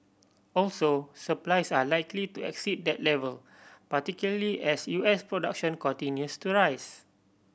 also supplies are likely to exceed that level particularly as U S production continues to rise